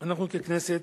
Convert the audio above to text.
אנחנו ככנסת,